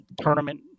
tournament